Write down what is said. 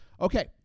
Okay